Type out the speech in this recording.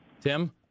Tim